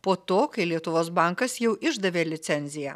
po to kai lietuvos bankas jau išdavė licenciją